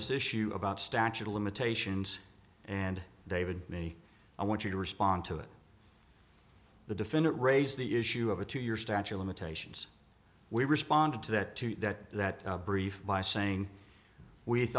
this issue about statute of limitations and david maybe i want you to respond to it the defendant raised the issue over to your statue limitations we responded to that to that that brief by saying we